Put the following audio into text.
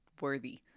worthy